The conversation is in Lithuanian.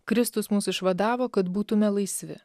kristus mus išvadavo kad būtume laisvi